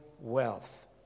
wealth